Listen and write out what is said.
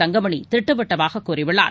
தங்கமணி திட்டவட்டமாக கூறியுள்ளார்